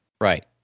Right